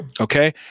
okay